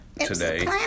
today